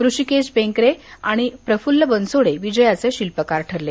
ऋषिकेश बैंकरे आणि प्रफुल्ल बनसोडे विजयाचे शिल्पकार ठरले